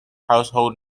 household